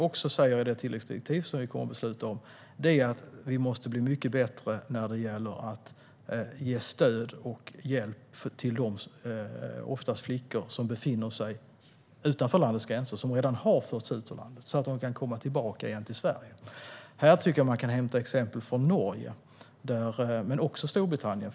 I det tilläggsdirektiv som regeringen ska besluta om framgår det att vi måste bli mycket bättre på att ge stöd och hjälp till dem - oftast flickor - som redan har förts ut ur landet så att de kan komma tillbaka hem till Sverige. Här kan vi hämta exempel från Norge och även Storbritannien.